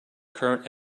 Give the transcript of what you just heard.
current